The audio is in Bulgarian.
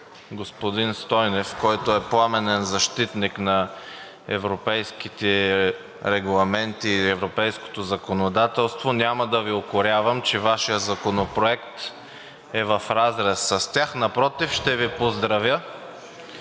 господин Стойнев, който е пламенен защитник на европейските регламенти и европейското законодателство, няма да Ви укорявам, че Вашият законопроект е в разрез с тях, напротив, ще Ви поздравя.